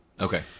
Okay